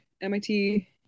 MIT